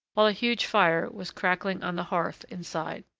while a huge fire was crackling on the hearth inside.